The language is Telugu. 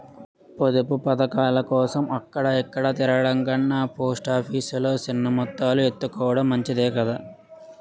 పొదుపు పదకాలకోసం అక్కడ ఇక్కడా తిరగడం కన్నా పోస్ట్ ఆఫీసు లో సిన్న మొత్తాలు ఎత్తుకోడం మంచిదే కదా